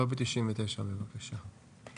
לובי 99, בבקשה.